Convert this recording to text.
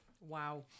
Wow